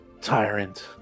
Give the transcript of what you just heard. Tyrant